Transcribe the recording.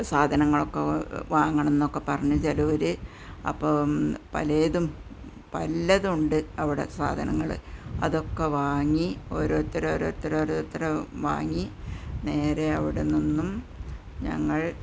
സാധനങ്ങളൊക്കെ വാങ്ങണമെന്നൊക്കെ പറഞ്ഞ് ചിലർ അപ്പം പലതും പലതുണ്ട് അവിടെ സാധനങ്ങൾ അതൊക്കെ വാങ്ങി ഓരോരുത്തർ ഓരോരുത്തർ ഓരോരുത്തർ വാങ്ങി നേരെ അവിടെനിന്നും ഞങ്ങള്